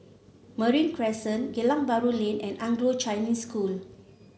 Marine Crescent Geylang Bahru Lane and Anglo Chinese School